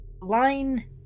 Line